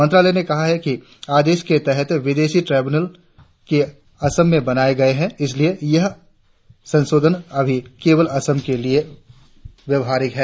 मंत्रालय ने कहा कि आदेश के तहत विदेशी ट्रायब्यूनल केवल असम में बनाए गए हैं इसलिए यह संशोधन अभी केवल असम के लिए व्यवहारिक है